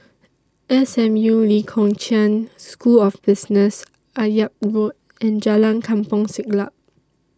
S M U Lee Kong Chian School of Business Akyab Road and Jalan Kampong Siglap